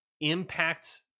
impact